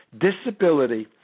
disability